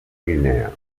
guinea